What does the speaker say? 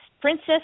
Princess